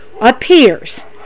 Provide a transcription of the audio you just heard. appears